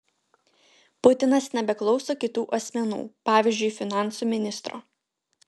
putinas nebeklauso kitų asmenų pavyzdžiui finansų ministro